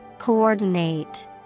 coordinate